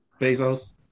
Bezos